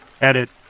edit